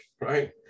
right